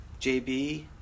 JB